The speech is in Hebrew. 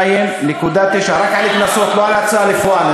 זה רק על הקנסות, לא על ההוצאה לפועל.